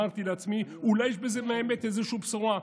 אמרתי לעצמי, אולי יש בזה מהאמת, איזושהי בשורה.